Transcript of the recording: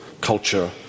culture